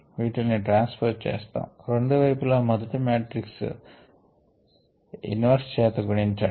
వీటిల్ని ట్రాన్స్పోజ్ చేస్తాం రెండు వైపుల మొదటి మాట్రిక్స్ ఇన్వర్స్ చేత గుణించండి